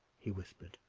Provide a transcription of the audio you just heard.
he whispered.